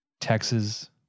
Texas